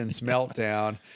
meltdown